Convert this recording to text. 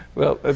well,